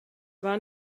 war